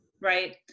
Right